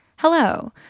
Hello